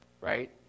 right